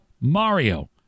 Mario